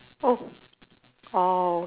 oh orh